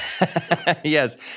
Yes